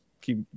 keep